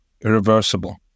irreversible